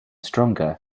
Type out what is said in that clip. stronger